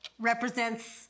represents